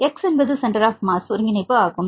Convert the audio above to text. x என்பது centre of mass ஒருங்கிணைப்பும் ஆகும்